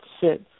sit